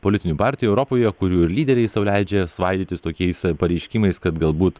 politinių partijų europoje kurių ir lyderiai sau leidžia svaidytis tokiais pareiškimais kad galbūt